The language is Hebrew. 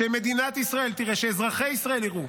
שמדינת ישראל תראה, שאזרחי ישראל יראו,